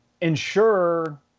ensure